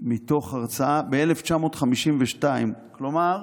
מתוך הרצאה ב-1952, כלומר,